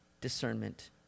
discernment